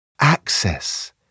Access